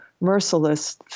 merciless